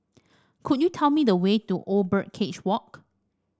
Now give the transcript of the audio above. could you tell me the way to Old Birdcage Walk